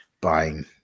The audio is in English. buying